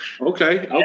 Okay